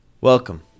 Welcome